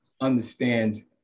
understands